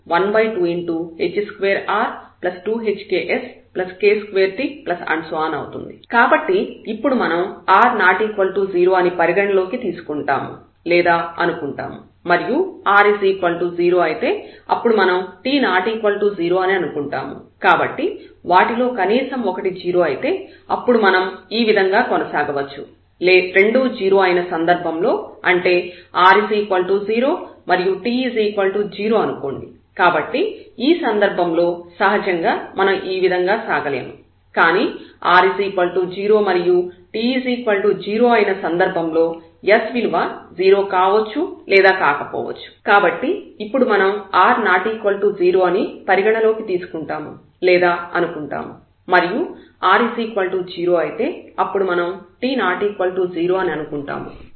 f12h2r2hksk2t కాబట్టి ఇప్పుడు మనం r ≠ 0 అని పరిగణలోకి తీసుకుంటాము లేదా అనుకుంటాము మరియు r0 అయితే అప్పుడు మనం t ≠ 0 అని అనుకుంటాము